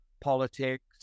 politics